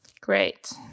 great